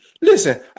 Listen